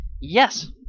Yes